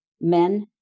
men